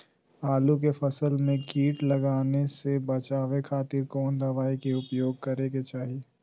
आलू के फसल में कीट लगने से बचावे खातिर कौन दवाई के उपयोग करे के चाही?